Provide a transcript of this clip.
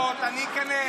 אין בעיות, אני איכנס.